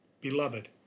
Beloved